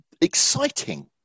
exciting